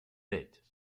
welt